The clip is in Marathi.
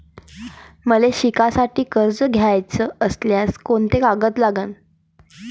मले शिकासाठी कर्ज घ्याचं असल्यास कोंते कागद लागन?